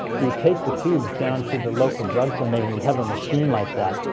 you take the tubes down to the local drugstore, and they would have a machine like that.